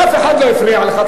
אף אחד לא הפריע לך.